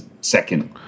second